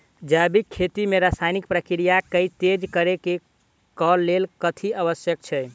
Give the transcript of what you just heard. जैविक खेती मे रासायनिक प्रक्रिया केँ तेज करै केँ कऽ लेल कथी आवश्यक छै?